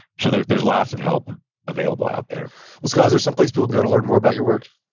so there's there's lots of help available out there scott, is there some place people go to learn more about your work?